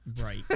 Right